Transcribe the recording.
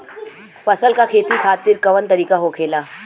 फसल का खेती खातिर कवन तरीका होखेला?